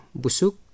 busuk